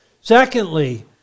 Secondly